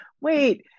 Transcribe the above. wait